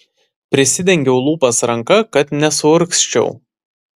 prisidengiau lūpas ranka kad nesuurgzčiau